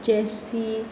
Jessie